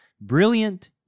Brilliant